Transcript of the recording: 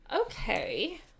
Okay